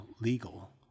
legal